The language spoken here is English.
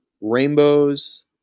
rainbows